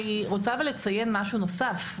אני רוצה לציין משהו נוסף.